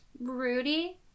Rudy